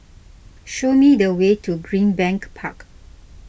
show me the way to Greenbank Park